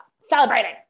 celebrating